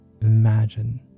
Imagine